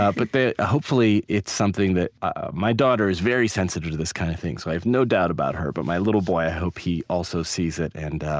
ah but hopefully it's something that my daughter is very sensitive to this kind of thing, so i have no doubt about her. but my little boy, i hope he also sees it and